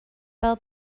fel